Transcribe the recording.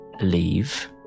leave